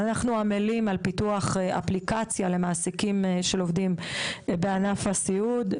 אנחנו עמלים על פיתוח אפליקציה למעסיקים של עובדים בענף הסיעוד,